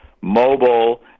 mobile